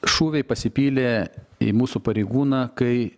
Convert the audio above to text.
šūviai pasipylė į mūsų pareigūną kai